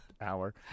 hour